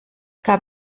gab